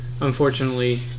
Unfortunately